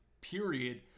period